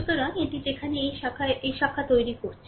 সুতরাং এটি যেখানে এই শাখায় এই শাখা তৈরি করছে